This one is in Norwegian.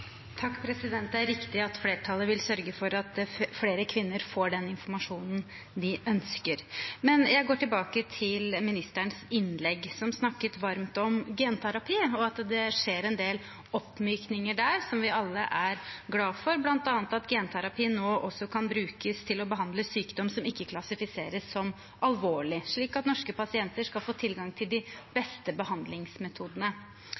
Det er riktig at flertallet vil sørge for at flere kvinner får den informasjonen de ønsker. Jeg går tilbake til helseministerens innlegg, hvor han snakket varmt om genterapi og at det skjer en del oppmykninger der, som vi alle er glade for, bl.a. at genterapi nå også kan brukes til å behandle sykdommer som ikke klassifiseres som alvorlige, slik at norske pasienter skal få tilgang til de